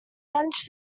managed